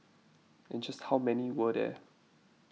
and just how many were there